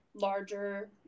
larger